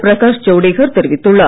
பிரகாஷ் ஜவடேகர் தெரிவித்துள்ளார்